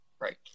right